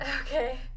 Okay